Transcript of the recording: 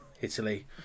Italy